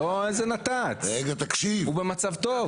לא איזה נת"צ, הוא במצב טוב.